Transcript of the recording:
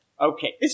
Okay